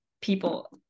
people